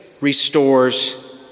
restores